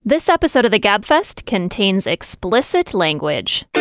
this episode of the gabfest contains explicit language